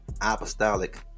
apostolic